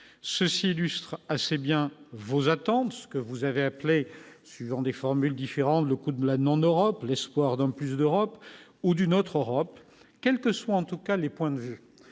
ceci illustre assez bien vos attentes, ce que vous avez appelé suivant des formules différentes, le coût de la non-Europe l'espoir d'un plus d'Europe ou d'une autre Europe, quelle que soit, en tout cas les points de vue